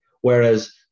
Whereas